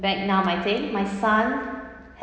vietnam I think my son